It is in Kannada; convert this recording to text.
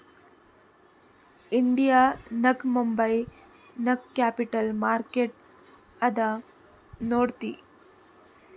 ಇಂಡಿಯಾ ನಾಗ್ ಮುಂಬೈ ನಾಗ್ ಕ್ಯಾಪಿಟಲ್ ಮಾರ್ಕೆಟ್ ಅದಾ ನೋಡ್ರಿ